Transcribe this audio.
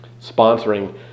sponsoring